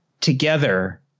together